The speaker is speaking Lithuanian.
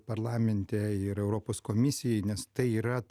parlamente ir europos komisijai nes tai yra